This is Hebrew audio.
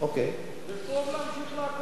זה טוב להמשיך לעקוב אחרי זה.